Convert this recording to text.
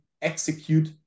Execute